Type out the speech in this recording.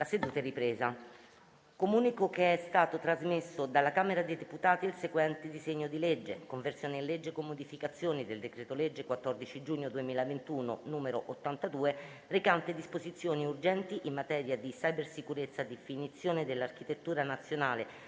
colleghi, comunico che è stato trasmesso dalla Camera dei deputati il seguente disegno di legge: «Conversione in legge, con modificazioni, del decreto-legge 14 giugno 2021, n. 82, recante disposizioni urgenti in materia di cybersicurezza, definizione dell'architettura nazionale